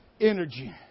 energy